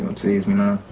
tease me now.